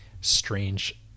strange